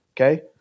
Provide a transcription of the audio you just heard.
okay